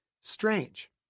strange